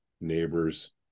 neighbors